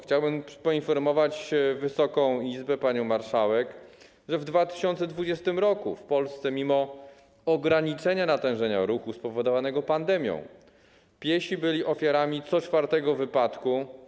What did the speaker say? Chciałbym poinformować Wysoką Izbę, panią marszałek, że w 2020 r. w Polsce, mimo ograniczenia natężenia ruchu spowodowanego pandemią, piesi byli ofiarami co czwartego wypadku.